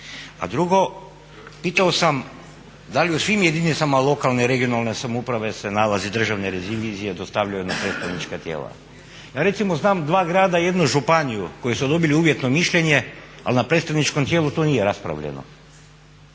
A drugo, pitao sam da li u svim jedinicama lokalne, regionalne samouprave se nalazi državne revizije se dostavljaju na predstavnička tijela. Ja recimo znam dva grada i jednu županiju koji su dobili uvjetno mišljenje ali na predstavničkom tijelu to nije raspravljeno.